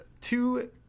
two